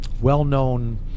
well-known